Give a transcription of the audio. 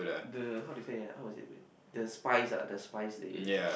the how to say ah how to say wait the spice ah the spice they